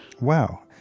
Wow